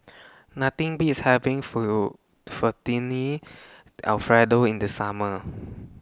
Nothing Beats having fill Fettuccine Alfredo in The Summer